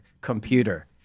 computer